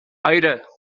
éirigh